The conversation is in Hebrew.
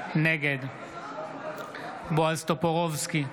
נגד בועז טופורובסקי,